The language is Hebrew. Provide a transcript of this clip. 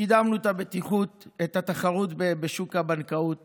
קידמנו את הבטיחות ואת התחרות בשוק הבנקאות